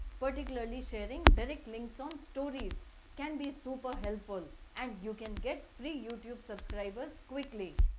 particularly sharing direct links on stories can be super helpful and you can get free youtube subscribers quickly.